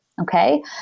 okay